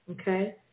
okay